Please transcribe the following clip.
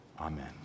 amen